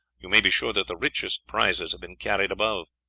you may be sure that the richest prizes have been carried above.